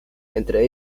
entre